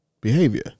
behavior